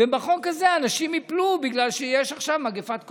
ובחוק הזה אנשים ייפלו בגלל שיש עכשיו מגפת קורונה,